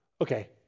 Okay